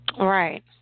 Right